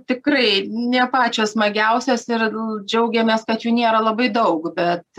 tikrai ne pačios smagiausios ir džiaugiamės kad jų nėra labai daug bet